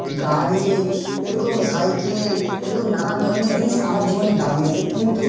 গাড়ি এরকম সাইকেল এরকম নানান ধরনের জিনিস আমার জীবনে দামি আছে কিন্তু